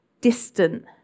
distant